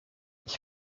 ich